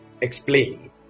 explain